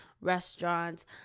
restaurants